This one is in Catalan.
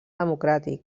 democràtic